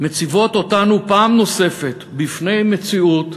מציבים אותנו פעם נוספת בפני מציאות,